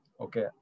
Okay